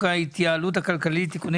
אנחנו דנים בהצעת חוק ההתייעצות הכלכלית (תיקוני